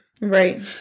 Right